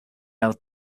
out